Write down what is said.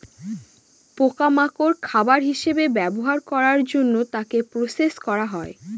পোকা মাকড় খাবার হিসেবে ব্যবহার করার জন্য তাকে প্রসেস করা হয়